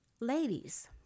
ladies